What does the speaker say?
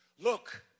Look